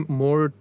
more